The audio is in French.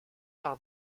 par